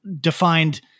defined